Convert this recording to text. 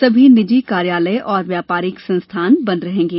सभी निजी कार्यालय एवं व्यापारिक संस्थान बंद रहेंगे